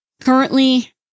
currently